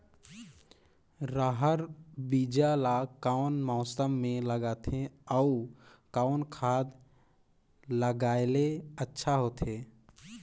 रहर बीजा ला कौन मौसम मे लगाथे अउ कौन खाद लगायेले अच्छा होथे?